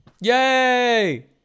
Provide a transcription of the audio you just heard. Yay